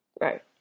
Right